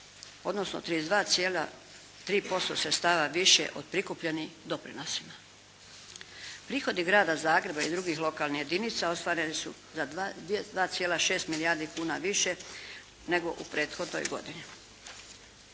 odnosno 32,3% sredstava više od prikupljenih doprinosa. Prihodi grada Zagreba i drugih lokalnih jedinica ostvareni su za 2,6 milijardi kuna više nego u prethodnoj godini.